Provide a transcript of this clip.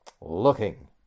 looking